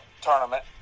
tournament